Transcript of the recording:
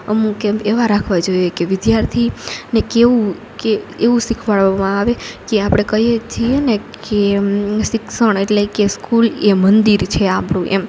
અમુક કેમ્પ એવા રાખવા જોઈએ કે વિદ્યાર્થી ને કહેવું કે એવું શિખવાડવામાં આવે કે આપણે કહીએ જ છીએને કે એમ શિક્ષણ એટલે કે સ્કૂલ એ મંદિર છે આપણું એમ